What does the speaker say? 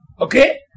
Okay